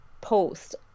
post